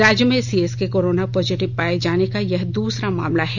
राज्य में सीएस के कोरोना पॉजिटिव पाए जाने का यह दूसरा मामला है